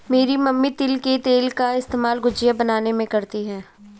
मेरी मम्मी तिल के तेल का इस्तेमाल गुजिया बनाने में करती है